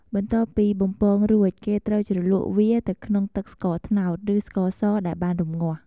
បន្ទាប់ពីបំពងរួច គេត្រូវជ្រលក់វាទៅក្នុងទឹកស្ករត្នោត ឬស្ករសដែលបានរង្ងាស់។